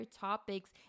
topics